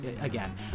Again